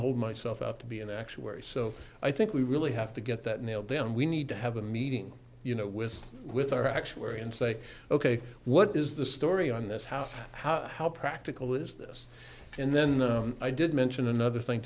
hold myself out to be an actuary so i think we really have to get that nailed down we need to have a meeting you know with with our actual worry and say ok what is the story on this house how how practical is this and then i did mention another thing